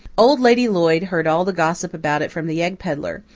old lady lloyd heard all the gossip about it from the egg pedlar,